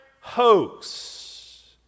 hoax